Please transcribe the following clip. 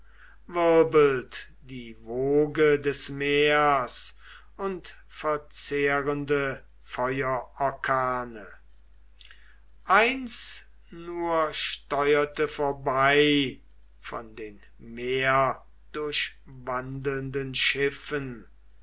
wirbelt die woge des meers und verzehrende feuerorkane eins nur steurte vorbei von den meerdurchwandelnden schiffen